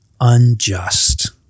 unjust